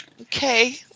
okay